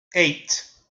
eight